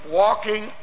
walking